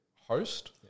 host